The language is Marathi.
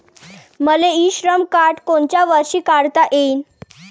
मले इ श्रम कार्ड कोनच्या वर्षी काढता येईन?